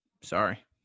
Sorry